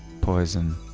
poison